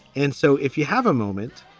and so if you have a moment,